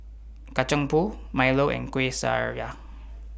Kacang Pool Milo and Kuih Syara